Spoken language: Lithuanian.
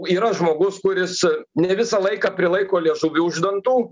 yra žmogus kuris ne visą laiką prilaiko liežuvį už dantų